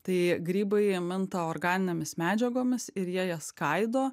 tai grybai minta organinėmis medžiagomis ir jie jas skaido